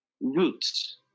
roots